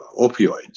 opioids